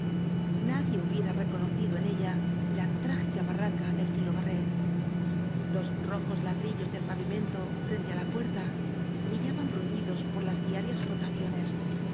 hu biera reconocido en ella la trágica barraca del tío barret los rojos ladrillos del pavimento frente á la puerta brillaban bruñidos por las diarias frotaciones